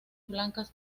blancas